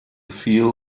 feel